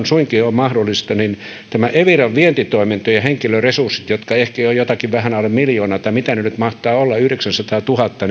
suinkin on mahdollista niin minun mielestäni eviran vientitoimintojen henkilöresurssien jotka ehkä ovat jotakin vähän alle miljoona tai mitä ne nyt mahtavat olla yhdeksänsataatuhatta